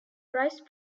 rice